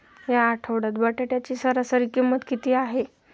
या आठवड्यात बटाट्याची सरासरी किंमत किती आहे?